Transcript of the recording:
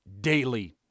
daily